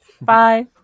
Bye